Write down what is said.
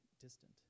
distant